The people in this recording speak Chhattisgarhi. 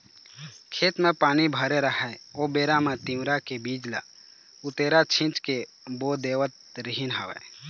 खेत म पानी भरे राहय ओ बेरा म तिंवरा के बीज ल उतेरा छिंच के बो देवत रिहिंन हवँय